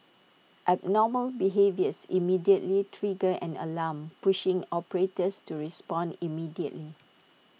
abnormal behaviours immediately trigger an alarm pushing operators to respond immediately